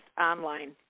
online